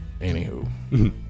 anywho